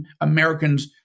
Americans